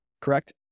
correct